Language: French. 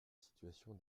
situation